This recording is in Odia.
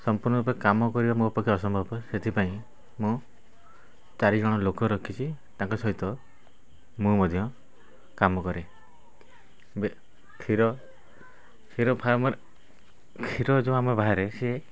ସମ୍ପୂର୍ଣ୍ଣ ରୂପେ କାମ କରିବା ମୋ ପକ୍ଷେ ଅସମ୍ଭବ ସେଥିପାଇଁ ମୁଁ ଚାରିଜଣ ଲୋକ ରଖିଛି ତାଙ୍କ ସହିତ ମୁଁ ମଧ୍ୟ କାମ କରେ କ୍ଷୀର କ୍ଷୀର ଫାର୍ମରେ କ୍ଷୀର ଯେଉଁ ଆମ ବାହାରେ ସିଏ